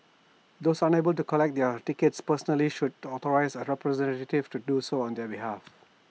those unable to collect their tickets personally should authorise A representative to do so on their behalf